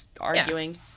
arguing